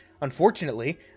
Unfortunately